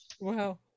Wow